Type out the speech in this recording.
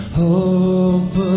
hope